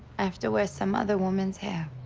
i have to wear some other woman's hair.